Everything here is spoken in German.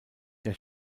der